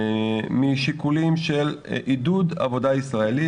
משיקולים של עידוד עבודה ישראלית,